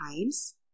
times